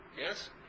Yes